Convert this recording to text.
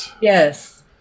Yes